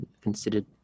considered